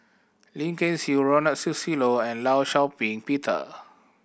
Lim Kay Siu Ronald Susilo and Law Shau Ping Peter